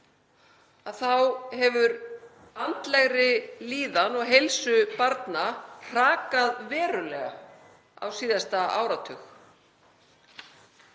þá hefur andlegri líðan og heilsu þeirra hrakað verulega á síðasta áratug.